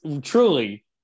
truly